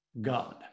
God